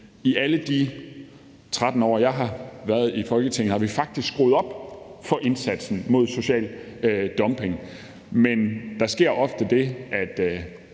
i alle de 13 år, jeg har været i Folketinget, har vi faktisk skruet op for indsatsen mod social dumping, men der sker ofte det, at